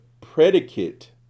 predicate